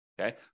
Okay